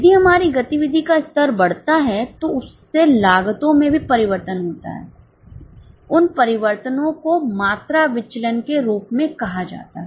यदि हमारी गतिविधि का स्तर बढ़ता है तो उससे लागतों में भी परिवर्तन होता है उन परिवर्तनों को मात्रा विचलन के रूप में कहा जाता है